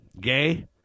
Gay